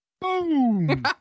boom